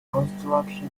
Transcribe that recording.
construction